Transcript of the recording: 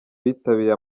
bitabiriye